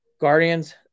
Guardians